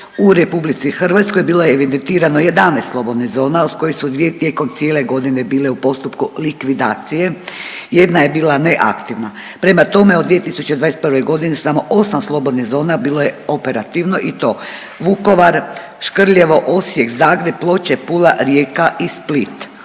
u RH bilo je evidentirano 11 slobodnih zona od kojih su dvije tijekom cijele godine bile u postupku likvidacije. Jedna je bila neaktivna. Prema tome, od 2021. godine samo osam slobodnih zona bilo je operativno i to Vukovar, Škrljevo, Osijek, Zagreb, Ploče, Pula, Rijeka i Split